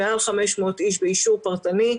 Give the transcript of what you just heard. מעל 500 איש באישור פרטני.